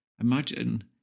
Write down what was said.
imagine